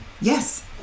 Yes